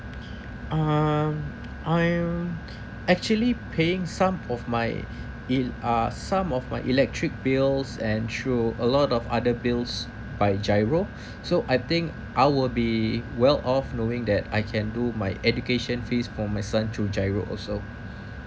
um I'm actually paying some of my e~ uh some of my electric bills and through a lot of other bills by giro so I think I would be well of knowing that I can do my education fees for my son to giro also